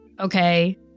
Okay